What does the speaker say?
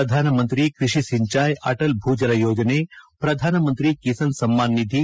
ಪ್ರಧಾನಮಂತ್ರಿ ಕೃಷಿ ಸಿಂಚಾಯಿ ಅಟಲ್ ಭೂಜಲ ಯೋಜನೆ ಪ್ರಧಾನಮಂತ್ರಿ ಕಿಸಾನ್ ಸಮ್ಮಾನ್ ನಿಧಿ